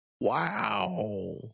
Wow